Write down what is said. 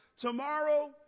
tomorrow